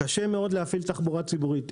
קשה מאוד להפעיל תחבורה ציבורית.